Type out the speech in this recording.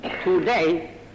today